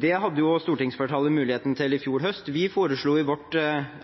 det hadde jo stortingsflertallet mulighet til å gjøre i fjor høst. Vi foreslo i vårt